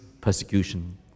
persecution